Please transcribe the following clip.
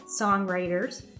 songwriters